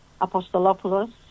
Apostolopoulos